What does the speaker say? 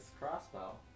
crossbow